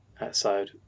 outside